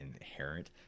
inherent